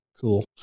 cool